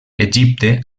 egipte